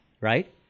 right